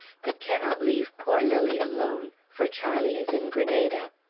but cannot leave poor lilly alone, for charlie is in granada.